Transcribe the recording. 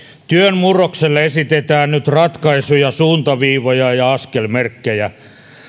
työn murrokselle esitetään nyt ratkaisuja suuntaviivoja ja askelmerkkejä